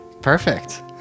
Perfect